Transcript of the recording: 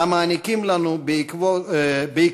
המעניקים לנו בעקביות